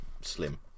slim